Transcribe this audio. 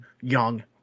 young